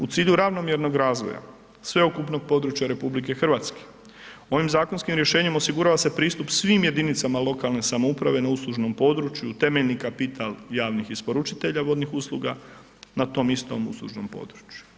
U cilju ravnomjernog razvoja sveukupnog područja RH ovim zakonskim rješenjem osigurava se pristup svim jedinicama lokalne samouprave na uslužnom području u temeljni kapital javnih isporučitelja vodnih usluga na tom istom uslužnom području.